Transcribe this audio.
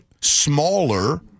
smaller